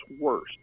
worst